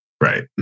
Right